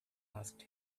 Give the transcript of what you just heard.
asked